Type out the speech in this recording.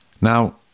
Now